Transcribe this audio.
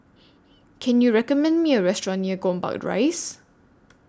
Can YOU recommend Me A Restaurant near Gombak Rise